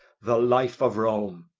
the life of rome!